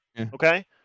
Okay